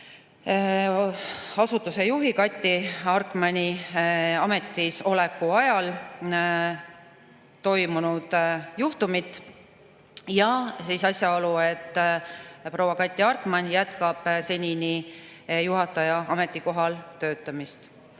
asutuse juhi Kati Arkmani ametisoleku ajal toimunud juhtumit ja asjaolu, et proua Kati Arkman jätkab senini juhataja ametikohal töötamist.